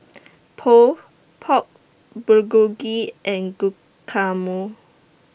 Pho Pork Bulgogi and Guacamole